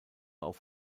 auf